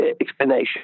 explanation